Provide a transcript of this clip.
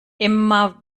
immer